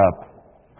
up